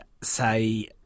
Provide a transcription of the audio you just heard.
say